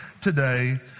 today